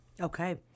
Okay